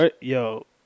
Yo